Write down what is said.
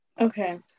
okay